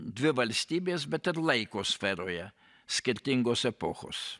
dvi valstybės bet ir laiko sferoje skirtingos epochos